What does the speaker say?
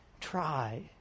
try